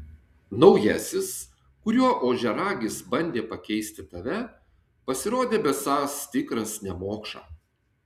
naujasis kuriuo ožiaragis bandė pakeisti tave pasirodė besąs tikras nemokša